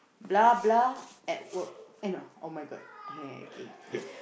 blah blah at work eh no oh-my-God kay kay kay